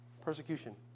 Persecution